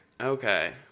Okay